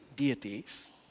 deities